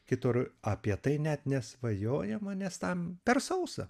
kitur apie tai net nesvajojama nes tam per sausa